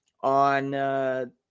on